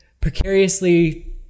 precariously